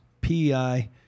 PEI